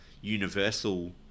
universal